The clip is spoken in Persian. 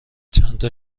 چندتا